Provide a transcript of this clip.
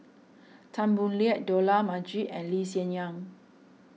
Tan Boo Liat Dollah Majid and Lee Hsien Yang